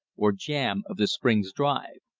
or jam, of the spring's drive.